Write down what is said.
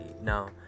now